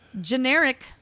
generic